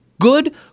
good